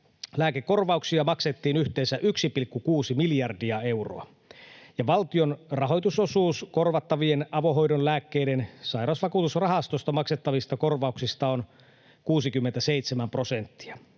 lääkekorvauksia maksettiin yhteensä 1,6 miljardia euroa, ja valtion rahoitusosuus korvattavien avohoidon lääkkeiden sairausvakuutusrahastosta maksettavista korvauksista on 67 prosenttia.